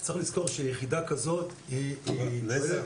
צריך לזכור שיחידה כזאת היא פועלת